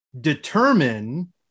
determine